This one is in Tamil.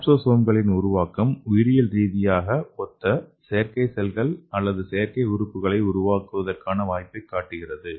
கேப்சோசோம்களின் உருவாக்கம் உயிரியல் ரீதியாக ஒத்த செயற்கை செல்கள் அல்லது செயற்கை உறுப்புகளை உருவாக்குவதற்கான வாய்ப்பைக் காட்டுகிறது